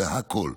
בכול.